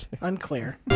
Unclear